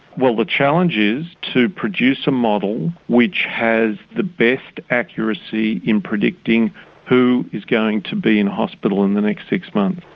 well the challenge is to produce a model which has the best best accuracy in predicting who is going to be in hospital in the next six months.